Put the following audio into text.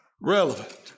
relevant